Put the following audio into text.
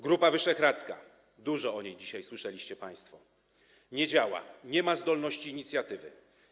Grupa Wyszehradzka - dużo o niej dzisiaj słyszeliście państwo - nie działa, nie ma zdolności inicjatywy.